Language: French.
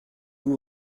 vous